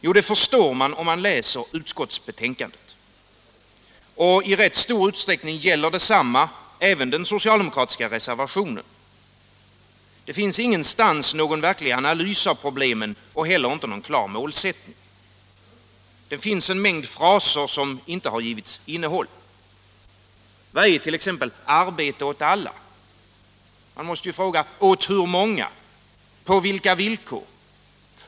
Jo, det förstår man om man läser utskottsbetänkandet. Och i rätt stor utsträckning gäller detsamma även om den socialdemokratiska reservationen i det avsnittet. Det finns ingenstans någon verklig analys av problemen och heller inte någon målsättning. Det finns en mängd fraser som inte har givits innehåll. Vad är t.ex. ”arbete åt alla”? Man måste ju fråga: Åt hur många? På vilka villkor?